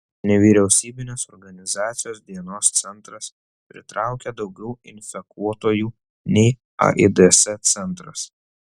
nevyriausybinės organizacijos dienos centras pritraukia daugiau infekuotųjų nei aids centras